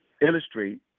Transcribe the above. illustrate